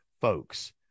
folks